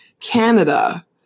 canada